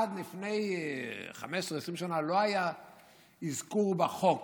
עד לפני 15, 20 שנה לא היה אזכור בחוק